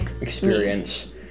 experience